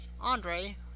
Andre